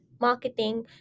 marketing